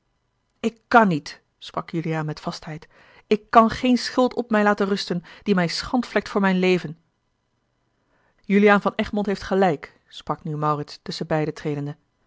ik kan niet sprak juliaan met vastheid ik kan geen schuld op mij laten rusten die mij schandvlekt voor mijn leven juliaan van egmond heeft gelijk sprak nu maurits tusschenbeide tredende